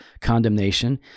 condemnation